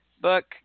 book